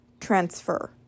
Transfer